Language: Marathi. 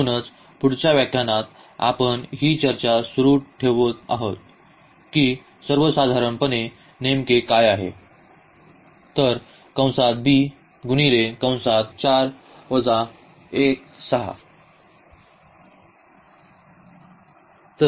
म्हणूनच पुढच्या व्याख्यानात आपण ही चर्चा सुरू ठेवत आहोत की सर्वसाधारणपणे नेमके काय आहे